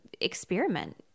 experiment